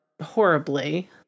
horribly